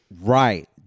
Right